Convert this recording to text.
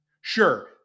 Sure